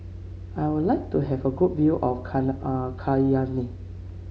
I would like to have a good view of Cayenne